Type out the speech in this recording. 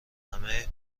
همه